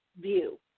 view